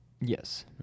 Yes